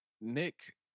Nick